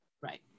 right